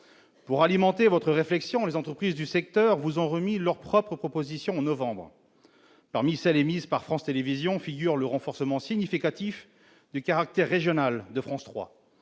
Pour alimenter votre réflexion, les entreprises du secteur vous ont remis leurs propres propositions en novembre dernier. Parmi celles de France Télévisions figure le renforcement significatif du caractère régional de France 3,